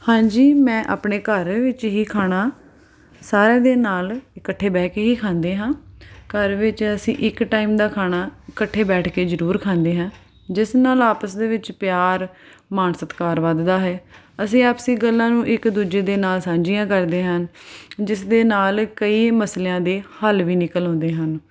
ਹਾਂਜੀ ਮੈਂ ਆਪਣੇ ਘਰ ਵਿੱਚ ਹੀ ਖਾਣਾ ਸਾਰਿਆਂ ਦੇ ਨਾਲ ਇਕੱਠੇ ਬਹਿ ਕੇ ਹੀ ਖਾਂਦੇ ਹਾਂ ਘਰ ਵਿੱਚ ਅਸੀਂ ਇੱਕ ਟਾਈਮ ਦਾ ਖਾਣਾ ਇਕੱਠੇ ਬੈਠ ਕੇ ਜ਼ਰੂਰ ਖਾਂਦੇ ਹਾਂ ਜਿਸ ਨਾਲ ਆਪਸ ਦੇ ਵਿੱਚ ਪਿਆਰ ਮਾਣ ਸਤਿਕਾਰ ਵੱਧਦਾ ਹੈ ਅਸੀਂ ਆਪਸੀ ਗੱਲਾਂ ਨੂੰ ਇੱਕ ਦੂਜੇ ਦੇ ਨਾਲ ਸਾਂਝੀਆਂ ਕਰਦੇ ਹਨ ਜਿਸ ਦੇ ਨਾਲ ਕਈ ਮਸਲਿਆਂ ਦੇ ਹੱਲ ਵੀ ਨਿਕਲ ਆਉਂਦੇ ਹਨ